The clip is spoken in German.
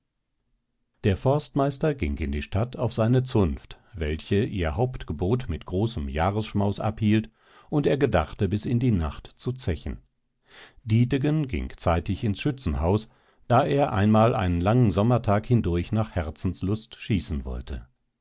der forstmeister ging in die stadt auf seine zunft welche ihr hauptgebot mit großem jahresschmaus abhielt und er gedachte bis in die nacht zu zechen dietegen ging zeitig ins schützenhaus da er einmal einen langen sommertag hindurch nach herzenslust schießen wollte